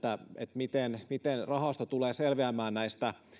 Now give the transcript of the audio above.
miten miten rahasto tulee selviämään näistä